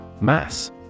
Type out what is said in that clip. Mass